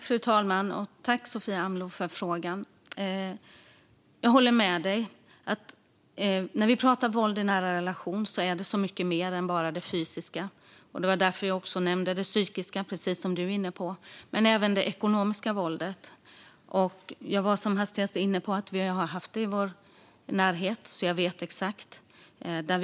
Fru talman! Tack för frågan, Sofia Amloh! Jag håller med dig. När vi pratar om våld i nära relation handlar det om mycket mer än bara det fysiska. Det var därför jag nämnde det psykiska, som också du är inne på, och det ekonomiska våldet. Jag var som hastigast inne på att vi har haft det i vår närhet. Jag vet exakt vad det handlar om.